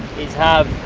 is have,